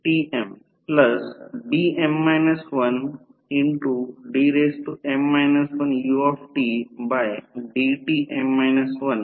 5 ampere आणि आम्हाला माहित आहे की I 0 I c j I m